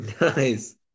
Nice